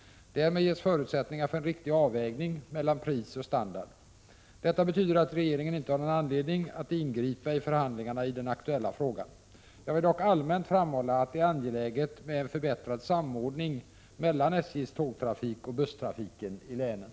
Därmed ges förutsättningar för en riktig avvägning mellan pris och standard. Detta betyder att regeringen inte har någon anledning att ingripa i förhandlingarna iden aktuella frågan. Jag vill dock allmänt framhålla att det är angeläget med en förbättrad samordning mellan SJ:s tågtrafik och busstrafiken i länen.